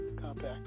compact